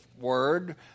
word